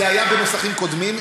זה היה בנוסחים קודמים,